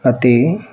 ਅਤੇ